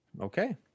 Okay